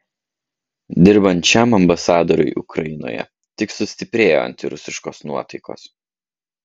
dirbant šiam ambasadoriui ukrainoje tik sustiprėjo antirusiškos nuotaikos